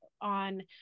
on